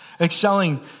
Excelling